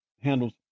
handles